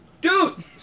Dude